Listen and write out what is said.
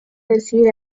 decir